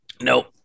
Nope